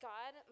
God